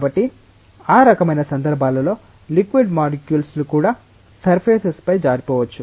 కాబట్టి ఆ రకమైన సందర్భాలలో లిక్విడ్ మాలిక్యూల్స్ లు కూడా సర్ఫేస్పై జారిపోవచ్చు